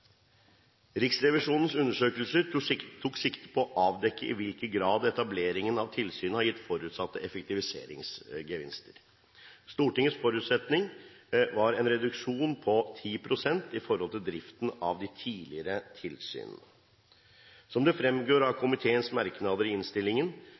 Riksrevisjonens undersøkelse tok sikte på å avdekke i hvilken grad etableringen av tilsynet har gitt forutsatte effektiviseringsgevinster. Stortingets forutsetning var en reduksjon på 10 pst. i forhold til driften av de tidligere tilsynene. Som det fremgår av